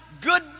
good